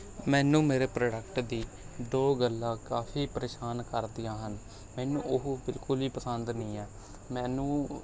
ਮੈਨੂੰ ਮੇਰੇ ਪ੍ਰੋਡਕਟ ਦੀ ਦੋ ਗੱਲਾਂ ਕਾਫ਼ੀ ਪਰੇਸ਼ਾਨ ਕਰਦੀਆਂ ਹਨ ਮੈਨੂੰ ਉਹ ਬਿਲਕੁਲ ਵੀ ਪਸੰਦ ਨਹੀਂ ਹੈ ਮੈਨੂੰ